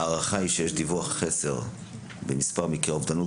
ההערכה היא שיש דיווח חסר במספר מקרי האובדנות,